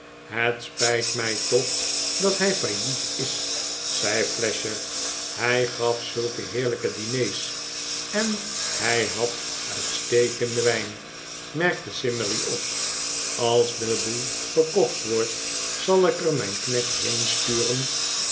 het spijt mij toch dat hij failliet is zei flasher hij gaf zulke heerlijke diners en hij had uitstekenden wijn merkte simmery op als de boel verkocht wordt zal ik er mijn knecht